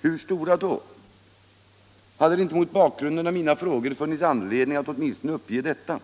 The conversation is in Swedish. Hur stora då? Hade det inte mot bakgrund av mina frågor funnits anledning att åtminstone uppge detta?